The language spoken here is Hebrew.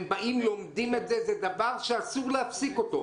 באים ולומדים את זה זה דבר שאסור להפסיק אותו.